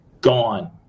Gone